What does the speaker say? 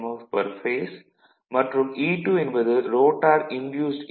F per phase மற்றும் E2 என்பது rotor induced ஈ